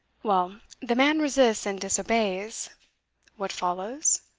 well, the man resists and disobeys what follows?